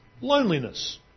loneliness